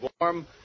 warm